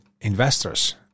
investors